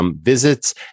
visits